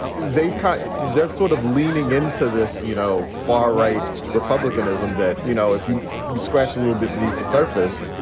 they kind of they're they're sort of leaning into this, you know, far right republicanism that, you know, if you you scratch a little bit beneath the surface,